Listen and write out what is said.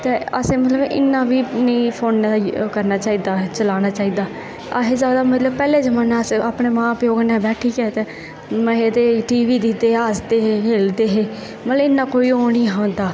कते असें मतलब इन्ना बी फोनै दा ओह् निं करना चाहिदा चलाना चाहिदा ते अस पैह्लें जमानै मतलब अपने मां प्योऽ कन्नै बैठियै ते टीवी दिक्खदे अस ते खेल्लदे हे ते मतलब इन्ना कोई ओह् निं हा होंदा